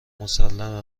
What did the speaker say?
مسلمه